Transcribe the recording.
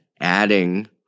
adding